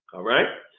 alright.